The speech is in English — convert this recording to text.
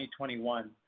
2021